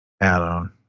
add-on